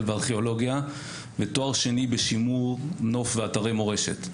וארכיאולוגיה ותואר שני בשימור נוף ואתרי מורשת,